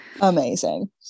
Amazing